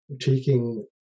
taking